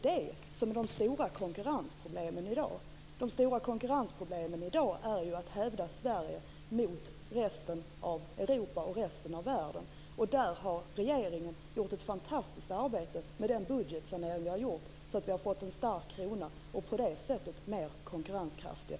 De stora konkurrensproblemen i dag gäller dock inte det utan de handlar om att hävda Sverige gentemot resten av Europa och världen. Där har regeringen gjort ett fantastiskt arbete genom den budgetsanering som genomförts. Därigenom har vi fått en stark krona och därmed är vi mera konkurrenskraftiga.